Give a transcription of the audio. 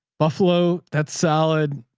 buffalo. that salad.